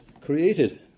created